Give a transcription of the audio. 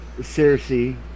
Cersei